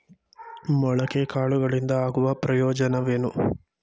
ಮೊಳಕೆ ಕಾಳುಗಳಿಂದ ಆಗುವ ಪ್ರಯೋಜನವೇನು?